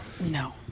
No